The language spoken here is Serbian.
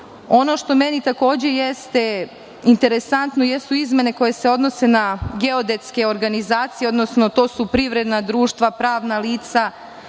što meni takođe jeste interesantno jesu izmene koje se odnose na geodetske organizacije, odnosno to su privredna društva, pravna lica,